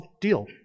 deal